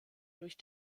durch